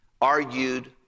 argued